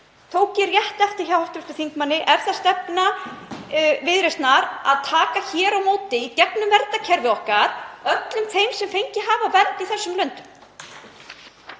Tók ég rétt eftir hjá hv. þingmanni? Er það stefna Viðreisnar að taka hér á móti, í gegnum verndarkerfið okkar, öllum þeim sem fengið hafa vernd í þessum löndum?